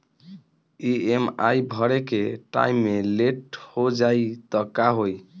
EMI भरे के time मे लेट हो जायी त का होई?